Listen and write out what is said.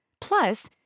Plus